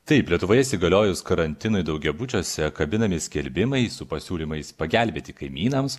taip lietuvoje įsigaliojus karantinui daugiabučiuose kabinami skelbimai su pasiūlymais pagelbėti kaimynams